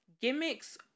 Gimmicks